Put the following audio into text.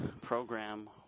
program